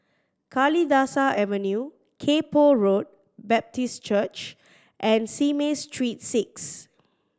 Kalidasa Avenue Kay Poh Road Baptist Church and Simei Street Six